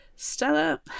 Stella